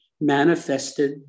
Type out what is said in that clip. manifested